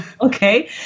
Okay